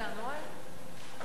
נתקבלה.